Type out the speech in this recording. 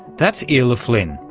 that's iarla flynn,